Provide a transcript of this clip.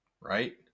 right